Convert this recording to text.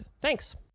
Thanks